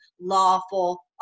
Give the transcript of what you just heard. lawful